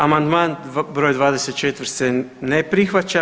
Amandman broj 24. se ne prihvaća.